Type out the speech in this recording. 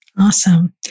Awesome